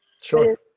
Sure